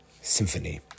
symphony